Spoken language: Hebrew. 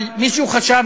אבל מישהו חשב,